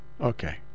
Okay